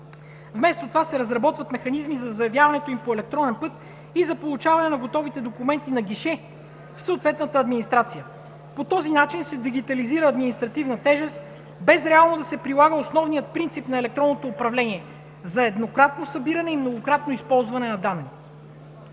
Вместо това се разработват механизми за заявяването им по електронен път и за получаване на готовите документи на гише в съответната администрация. По този начин се дигитализира административна тежест без реално да се прилага основният принцип на електронното управление – за еднократно събиране и многократно използване на данни.